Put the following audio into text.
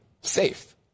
safe